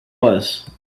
was